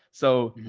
so,